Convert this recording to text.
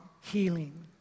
healing